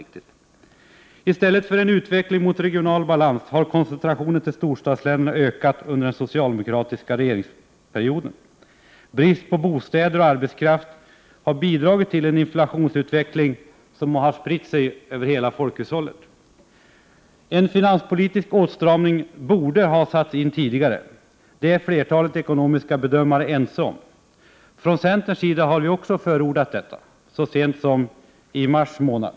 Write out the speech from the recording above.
I stället för en utveckling mot regional balans har det blivit en ökad koncentration till storstadslänen under den socialdemokratiska regeringsperioden. Brist på bostäder och arbetskraft har bidragit till en inflationsutveckling som spritt sig över hela folkhushållet. En finanspolitisk åtstramning borde ha satts in tidigare — det är flertalet ekonomiska bedömare ense om. Från centerns sida har vi också förordat detta så sent som i mars månad.